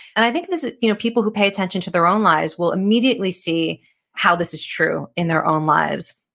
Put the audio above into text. and i think ah you know people who pay attention to their own lives will immediately see how this is true in their own lives.